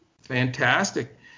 Fantastic